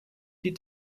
die